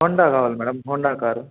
Honda కావాలి madam Honda car